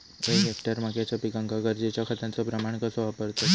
एक हेक्टर मक्याच्या पिकांका गरजेच्या खतांचो प्रमाण कसो वापरतत?